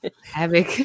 havoc